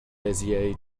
bezier